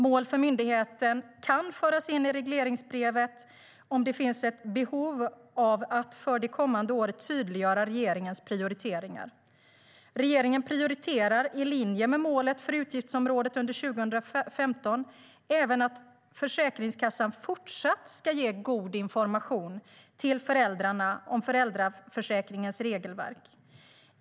Mål för myndigheten kan föras in i regleringsbrevet om det finns ett behov av att för det kommande året tydliggöra regeringens prioriteringar. Regeringen prioriterar, i linje med målet för utgiftsområdet under 2015, även att Försäkringskassan fortsatt ska ge god information till föräldrarna om föräldraförsäkringens regelverk.